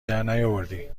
درنیاوردی